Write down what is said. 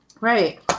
Right